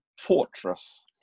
fortress